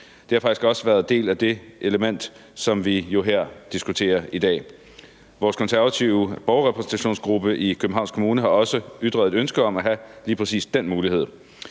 Det er faktisk også en del af det element, som vi jo diskuterer her i dag. Vores konservative borgerrepræsentationsgruppe i Københavns Kommune har også ytret et ønske om at have lige præcis den mulighed.